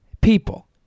People